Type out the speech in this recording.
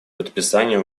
подписания